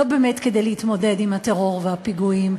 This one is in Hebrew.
לא באמת כדי להתמודד עם הטרור והפיגועים,